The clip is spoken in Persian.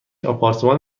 آپارتمان